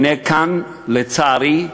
והנה, לצערי,